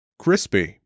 crispy